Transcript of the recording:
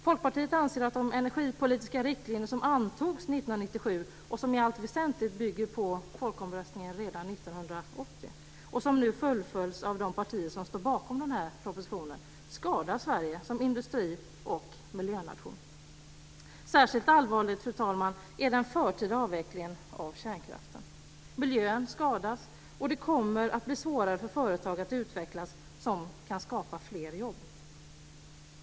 Folkpartiet anser att de energipolitiska riktlinjer som antogs 1997, som i allt väsentligt bygger på folkomröstningen redan 1980 och som nu fullföljs av de partier som står bakom den här propositionen skadar Sverige som industri och miljönation. Särskilt allvarlig, fru talman, är den förtida avvecklingen av kärnkraften. Miljön skadas, och det kommer att bli svårare för företag att utvecklas som kan skapa fler jobb.